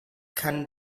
kann